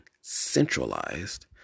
centralized